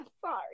Sorry